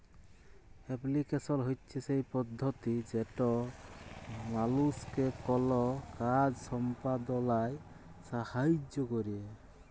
application হছে সেই পদ্ধতি যেট মালুসকে কল কাজ সম্পাদলায় সাহাইয্য ক্যরে